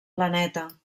planeta